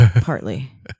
Partly